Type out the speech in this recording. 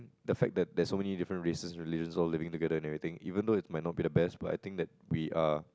the fact that there's so many different races and religions all living together and everything even though it might not be the best but I think that we are